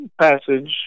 passage